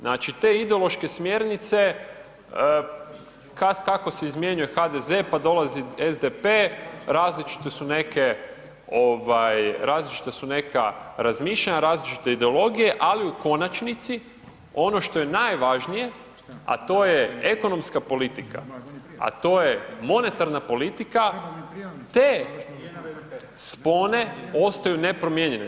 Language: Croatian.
Znači te ideološke smjernice kad kako se izmjenjuje HDZ pa dolazi SDP različite su neke ovaj različita su neka razmišljanja, različite ideologije, ali u konačnici ono što je najvažnije, a to je ekonomska politika, a to je monetarna politika te spone ostaju nepromijenjene.